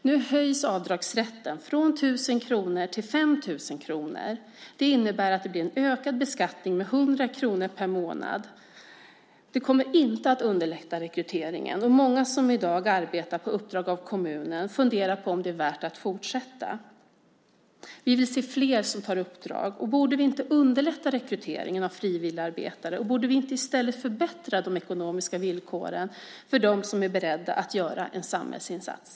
Nu höjs avdragsrätten från 1 000 kronor till 5 000 kronor. Det innebär att det blir en ökad beskattning med 100 kronor per månad. Det kommer inte att underlätta rekryteringen. Många som i dag arbetar på uppdrag av kommunen funderar på om det är värt att fortsätta. Vi vill se fler som tar uppdrag. Borde vi inte underlätta rekryteringen av frivilligarbetare? Borde vi inte i stället förbättra de ekonomiska villkoren för dem som är beredda att göra en samhällsinsats?